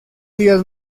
días